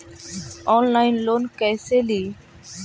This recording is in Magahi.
ऑनलाइन लोन कैसे ली?